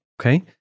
Okay